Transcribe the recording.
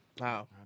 Wow